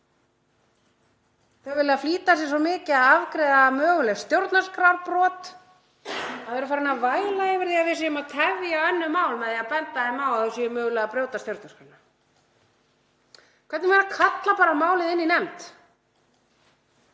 Þau vilja flýta sér svo mikið að afgreiða möguleg stjórnarskrárbrot að þau eru farin að væla yfir því að við séum að tefja önnur mál með því að benda þeim á að þau séu mögulega að brjóta gegn stjórnarskránni. Hvernig væri að kalla málið inn í nefnd